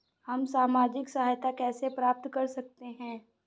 हम सामाजिक सहायता कैसे प्राप्त कर सकते हैं?